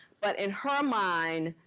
but in her mind,